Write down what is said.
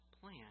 plan